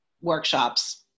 workshops